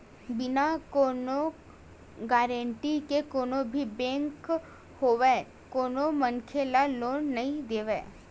बिना कोनो गारेंटर के कोनो भी बेंक होवय कोनो मनखे ल लोन नइ देवय